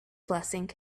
blessing